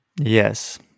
Yes